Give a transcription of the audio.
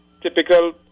typical